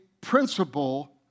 principle